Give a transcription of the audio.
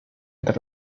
entre